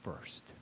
first